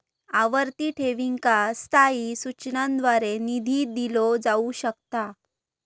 आवर्ती ठेवींका स्थायी सूचनांद्वारे निधी दिलो जाऊ शकता